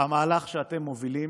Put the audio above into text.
המהלך שאתם מובילים